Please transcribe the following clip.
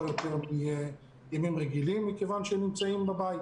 יותר מימים רגילים כיוון שהם נמצאים בבית.